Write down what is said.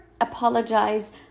apologize